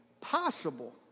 possible